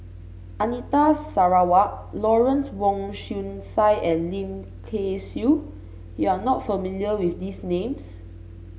Anita Sarawak Lawrence Wong Shyun Tsai and Lim Kay Siu you are not familiar with these names